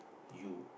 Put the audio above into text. you